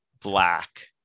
black